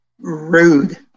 rude